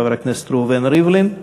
חבר הכנסת ראובן ריבלין.